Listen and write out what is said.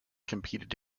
competed